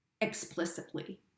explicitly